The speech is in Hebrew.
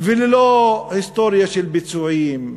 ללא היסטוריה של ביצועים,